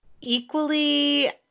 equally